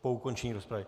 Po ukončení rozpravy.